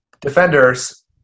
Defenders